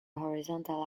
horizontal